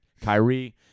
Kyrie